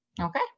Okay